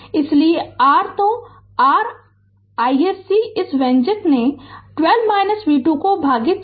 इसलिए r तो r iSC इस व्यंजक ने 12 v 2 भागित 4